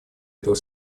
этого